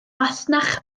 masnach